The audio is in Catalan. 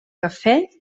cafè